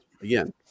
again